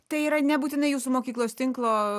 tai yra nebūtinai jūsų mokyklos tinklo